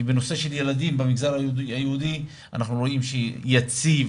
כי בנושא של ילדים במגזר היהודי אנחנו רואים שהמספר יציב,